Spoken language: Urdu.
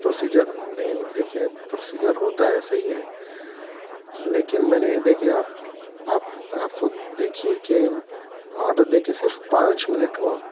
پروسیجر نہیں دیکھیے پروسیجر ہوتا ہے صحیح ہے لیکن میں نے دیکھیے آپ آپ آپ خود دیکھیے کہ آڈر دے کہ صرف پانچ منٹ ہوا